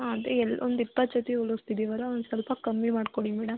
ಹಾಂ ಅದು ಎಲ್ಲೊಂದು ಇಪ್ಪತ್ತು ಜೊತೆ ಹೊಲಿಸ್ತಿದೀವಲ್ಲ ಒಂದು ಸ್ವಲ್ಪ ಕಮ್ಮಿ ಮಾಡ್ಕೊಡಿ ಮೇಡಮ್